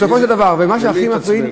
בסופו של דבר, ומה שהכי מטריד, בלי להתעצבן.